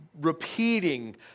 repeating